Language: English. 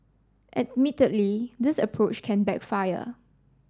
admittedly this approach can backfire